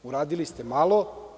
Uradili ste malo.